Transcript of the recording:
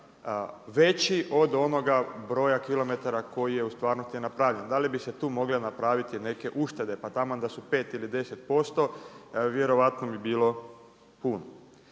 veći od onoga broja kilometara koji je u stvarnosti napravljen. Da li bi se tu mogle napraviti neke uštede, pa taman da su 5 ili 10%. Vjerojatno bi bilo puno.